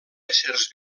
éssers